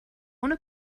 ohne